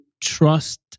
trust